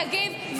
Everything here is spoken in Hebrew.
תגיב,